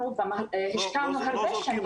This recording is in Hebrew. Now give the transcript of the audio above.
אנחנו השקענו הרבה שנים.